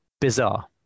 bizarre